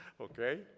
Okay